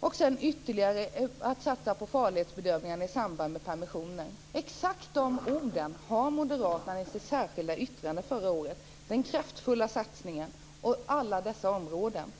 Dessutom hade man kunnat satsa ytterligare på farlighetsbedömningar i samband med permissioner. Exakt de orden har Moderaterna i sitt särskilda yttrande förra året - den kraftfulla satsningen på alla dessa områden.